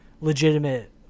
legitimate